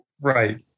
Right